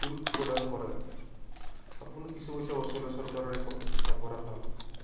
প্ৰদান কৰে আপুনি কিছু পইচা চৰকাৰৰ নপৰা ভাল